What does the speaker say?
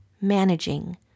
Managing